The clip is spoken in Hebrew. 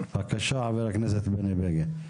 בבקשה, חבר הכנסת בני בגין.